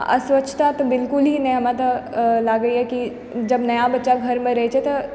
आओर अस्वछता तऽ बिल्कुल ही नहि हमरा तऽ लागै की जब नया बच्चा घरमे रहै छै तऽ